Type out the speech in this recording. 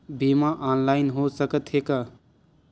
बीमा ऑनलाइन हो सकत हे का?